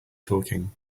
talking